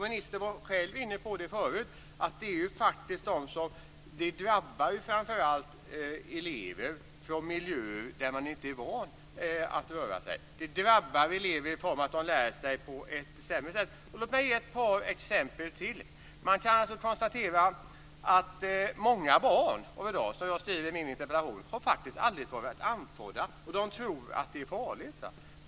Ministern var själv inne på förut att det drabbar framför allt elever från miljöer där man inte är van att röra sig. Det drabbar elever i form av att de lär sig på ett sämre sätt. Låt mig ge ett par exempel till. Man kan konstatera att många barn i dag, som jag skrev i min interpellation, aldrig har varit andfådda. De tror att det är farligt.